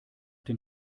den